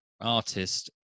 Artist